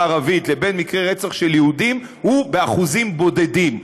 הערבית לבין מקרי רצח של יהודים הוא באחוזים בודדים.